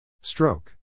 Stroke